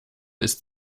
ist